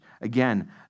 Again